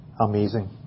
amazing